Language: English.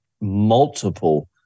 multiple